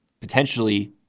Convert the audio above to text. potentially